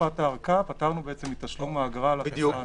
בתקופת הארכה פטרנו מתשלום האגרה לתקופה הנוספת.